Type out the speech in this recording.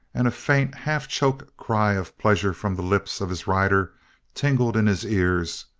and a faint, half-choked cry of pleasure from the lips of his rider tingled in his ears.